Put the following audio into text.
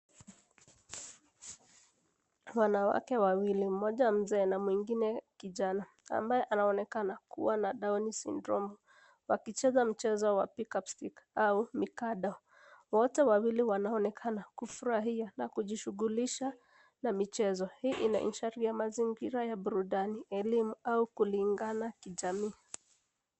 Wanawake wawili mmoja mzee na mwingine kijana, ambaye anaonekana kuwa na down syndrome wakicheza mchezo wa pick up stick au mikado. Wote wawili wanaonekana kufurahia na kujishughulisha na michezo. Hii ina ishara ya mazingira ya burudani, elimu au kulingana kijamii.